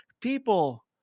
people